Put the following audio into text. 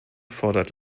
fordert